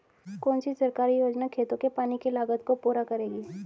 कौन सी सरकारी योजना खेतों के पानी की लागत को पूरा करेगी?